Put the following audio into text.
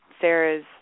Sarah's